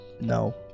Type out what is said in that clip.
no